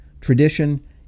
tradition